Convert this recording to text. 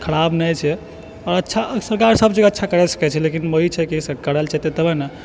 खराब नहि छै अच्छा सरकार सब जगह अच्छा करै सकै छै लेकिन वही छै कि करल जेतै तबे ने